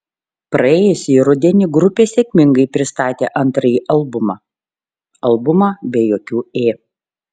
praėjusį rudenį grupė sėkmingai pristatė antrąjį albumą albumą be jokių ė